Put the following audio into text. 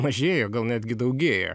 mažėja gal netgi daugėja